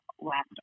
last